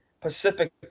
Pacific